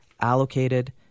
allocated